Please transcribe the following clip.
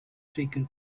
taken